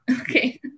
Okay